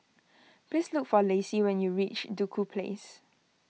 please look for Lacie when you reach Duku Place